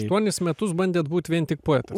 aštuonis metus bandėt būti vien tik poetas